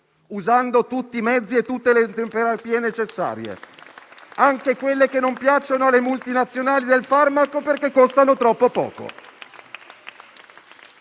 usando tutti i mezzi e tutte le terapie necessarie, anche quelle che non piacciono alle multinazionali del farmaco perché costano troppo poco.